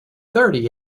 thirty